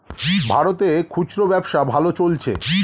ভারতে খুচরা ব্যবসা ভালো চলছে